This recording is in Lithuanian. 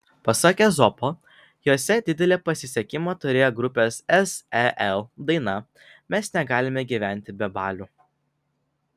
pasak ezopo jose didelį pasisekimą turėjo grupės sel daina mes negalime gyventi be balių